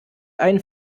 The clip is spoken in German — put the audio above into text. einen